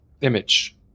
image